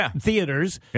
theaters